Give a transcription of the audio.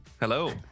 Hello